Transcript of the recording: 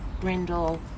brindle